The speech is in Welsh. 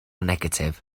negatif